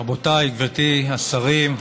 ונתתי להם.